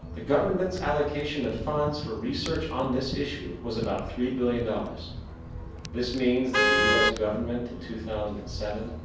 the government's allocation of funds for research on this issue was about three billion this means, that the us government, in two thousand and seven,